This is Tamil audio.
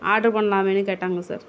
ஆடரு பண்ணலாமேன்னு கேட்டாங்க சார்